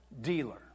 dealer